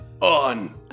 on